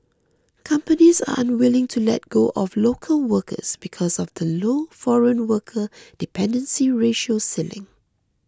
companies are unwilling to let go of local workers because of the low foreign worker dependency ratio ceiling